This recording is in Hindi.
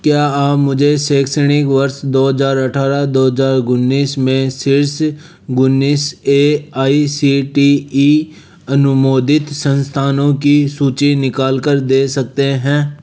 क्या आप मुझे शैक्षणिक वर्ष दो हजार अट्ठारह दो हजार उन्नीस में शीर्ष उन्नीस A I C T E अनुमोदित संस्थानों की सूची निकाल कर दे सकते हैं